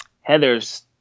heather's